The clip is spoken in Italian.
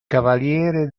cavaliere